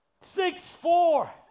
Six-four